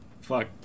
fuck